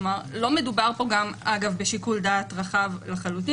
אגב, גם לא מדובר כאן בשיקול דעת רחב לחלוטין.